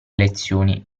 lezioni